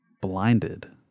Blinded